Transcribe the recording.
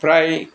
फ्राय